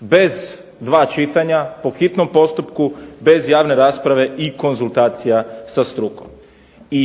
bez dva čitanja, u hitnom postupku bez javne rasprave i konzultacija sa strukom. I